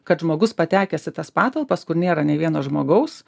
kad žmogus patekęs į tas patalpas kur nėra nei vieno žmogaus